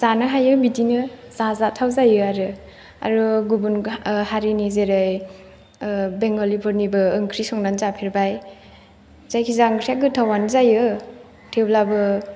जानो हायो बिदिनो जाजाथाव जायो आरो आरो गुबुन हारिनि जेरै बेंगलिफोरनिबो ओंख्रि संनानै जाफेरबाय जायखि जाया ओंख्रिआ गोथावआनो जायो थेवब्लाबो